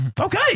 okay